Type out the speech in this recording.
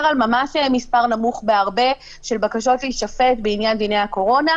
על מספר נמוך בהרבה של בקשות להישפט בעניין דיני הקורונה,